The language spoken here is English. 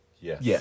Yes